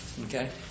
Okay